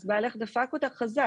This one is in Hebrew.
אז בעלך דפק אותך חזק,